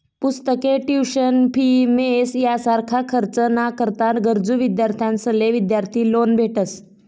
पुस्तके, tuition fee, mess यासारखा खर्च ना करता गरजू विद्यार्थ्यांसले विद्यार्थी लोन भेटस